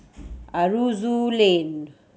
Aroozoo Lane